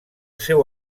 seu